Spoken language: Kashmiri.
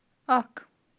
اَکھ